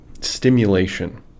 stimulation